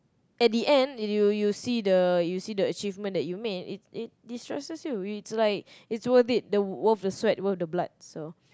at the end you'll you'll see the you'll see the achievement that you made it it destresses you it's like it's worth the sweat worth the blood so